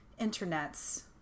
internets